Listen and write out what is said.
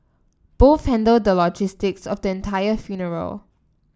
both handled the logistics of the entire funeral